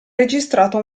registrato